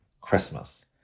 Christmas